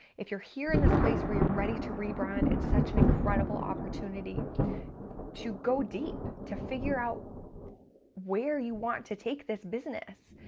if you're here in this place where you're ready to rebrand, it's such an incredible opportunity to go deep, to figure out where you want to take this business.